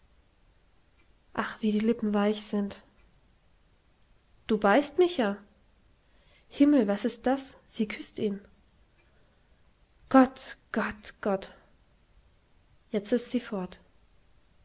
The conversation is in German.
ach wie die lippen weich sind du beißt mich ja himmel was ist das sie küßt ihn gott gott gott jetzt ist sie fort